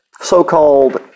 so-called